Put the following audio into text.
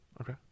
Okay